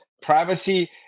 Privacy